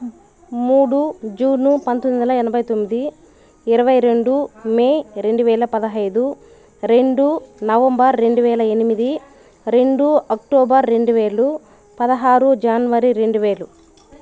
మూడు జూను పంతొమ్మిది వందల ఎనభై తొమ్మిది ఇరవై రెండు మే రెండు వేల పదహైదు రెండు నవంబర్ రెండు వేల ఎనిమిది రెండు అక్టోబర్ రెండు వేలు పదహారు జాన్వరి రెండు వేలు